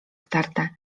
starte